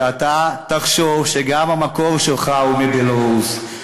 שתחשוב שגם המקור שלך הוא מבלרוס.